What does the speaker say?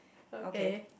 okay